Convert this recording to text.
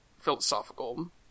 philosophical